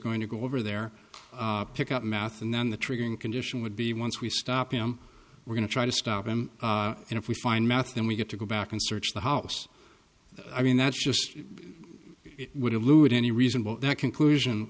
going to go over there pick up math and then the triggering condition would be once we stop him we're going to try to stop him and if we find math then we get to go back and search the house i mean that's just it would have lewd any reasonable conclusion